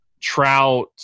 Trout